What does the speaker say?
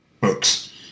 books